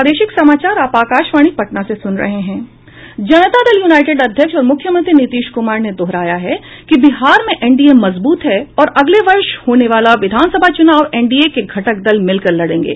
जनता Dal United अध्यक्ष और मुख्यमंत्री नीतीश कुमार ने दोहराया है कि बिहार में एनडीए मजबूत है और अगले वर्ष होने वाला विधानसभा चूनाव एनडीए के घटक दल मिलकर लडेंगे